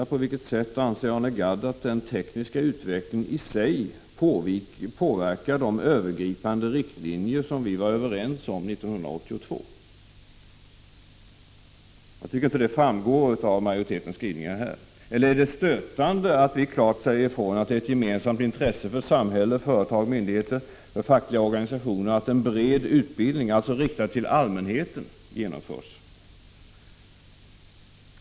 På vilket sätt anser Arne Gadd att den tekniska utvecklingen i sig påverkar de övergripande riktlinjer som vi var överens om 1982? Det framgår inte av majoritetens skrivning. Eller är det stötande att vi klart säger ifrån att det är ett gemensamt intresse för samhälle, företag och myndigheter samt för fackliga organisationer att en bred utbildning — alltså riktad till allmänheten — genomförs?